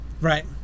right